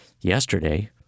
yesterday